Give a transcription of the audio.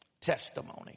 testimony